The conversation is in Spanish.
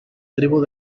tribu